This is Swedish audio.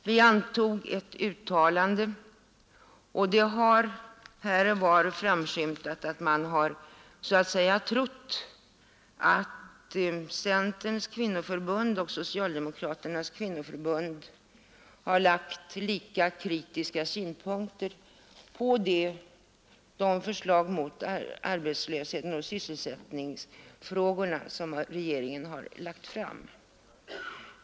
Vi antog ett uttalande, och det har här och var framskymtat att man trott att Centerns kvinnoförbund och Socialdemokratiska kvinnoförbundet har anlagt lika kritiska synpunkter på de förslag i fråga om arbetslösheten och sysselsättningsfrågorna som regeringen har lagt fram.